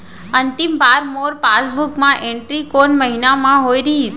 अंतिम बार मोर पासबुक मा एंट्री कोन महीना म होय रहिस?